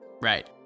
Right